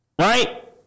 right